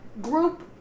group